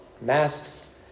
masks